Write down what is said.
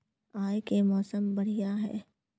आय के मौसम बढ़िया है?